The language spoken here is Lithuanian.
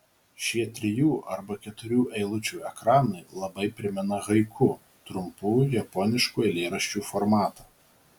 šie trijų arba keturių eilučių ekranai labai primena haiku trumpų japoniškų eilėraščių formatą